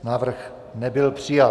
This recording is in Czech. Návrh nebyl přijat.